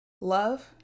Love